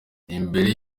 imbere